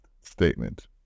statement